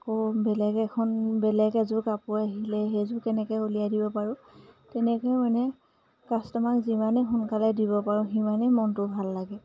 আকৌ বেলেগ এখন বেলেগ এযোৰ কাপোৰ আহিলে সেইযোৰ কেনেকৈ উলিয়াই দিব পাৰোঁ তেনেকৈ মানে কাষ্টমাৰক যিমানেই সোনকালে দিব পাৰোঁ সিমানেই মনটো ভাল লাগে